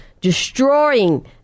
destroying